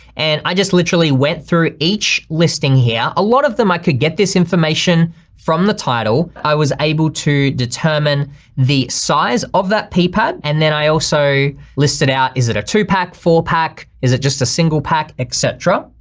and i just literally went through h listing here. a lot of them i could get this information from the title, i was able to determine the size of that paper. and then i also listed out, is it a two-pack four-pack? is it just a single pack, et cetera?